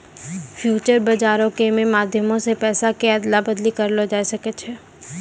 future बजारो के मे माध्यमो से पैसा के अदला बदली करलो जाय सकै छै